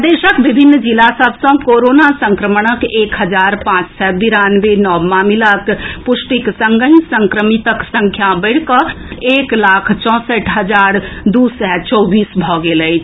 प्रदेशक विभिन्न जिला सभ सँ कोरोना संक्रमणक एक हजार पांच सय बिरानवे नव मामिलाक पुष्टिक संगहि संक्रमितक संख्या बढ़िकऽ एक लाख चौसठि हजार दू सय चौबीस भऽ गेल अछि